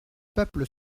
peuple